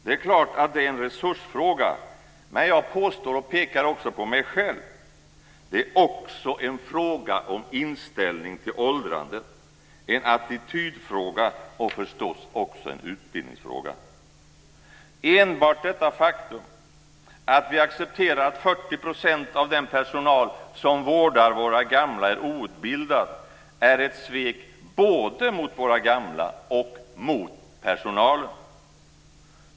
Det är klart att det är en resursfråga, men jag påstår och påpekar också för mig själv att det också är en fråga om inställning till åldrandet, en attitydfråga och förstås också en utbildningsfråga. Enbart detta faktum att vi accepterar att 40 % av den personal som vårdar våra gamla är outbildad är ett svek både mot våra gamla och mot personalen.